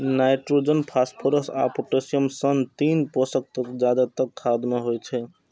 nitrogen, phosphorus आ potassium सन तीन पोषक तत्व जादेतर खाद मे होइ छै